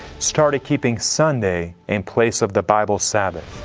started keeping sunday in place of the bible sabbath.